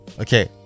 okay